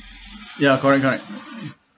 ya correct correct